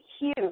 huge